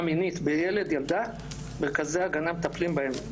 מינית בילד ילדה בכזה הגנה מטפלים בהם,